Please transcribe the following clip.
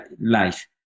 life